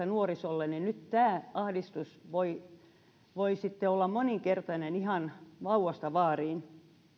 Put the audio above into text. nuorison ilmastoahdistuksesta niin nyt tämä ahdistus voi sitten olla moninkertainen ihan vauvasta vaariin